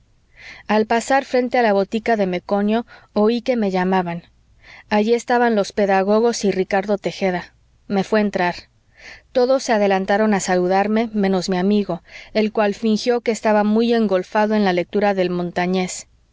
al pasar frente a la botica de meconio oí que me llamaban allí estaban los pedagogos y ricardo tejeda me fué entrar todos se adelantaron a saludarme menos mi amigo el cual fingió que estaba muy engolfado en la lectura de